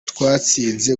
twatsinze